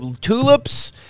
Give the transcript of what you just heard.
tulips